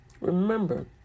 remember